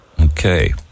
Okay